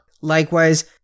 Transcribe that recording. Likewise